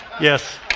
Yes